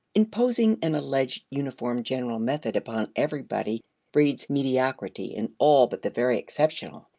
imposing an alleged uniform general method upon everybody breeds mediocrity in all but the very exceptional.